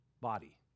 body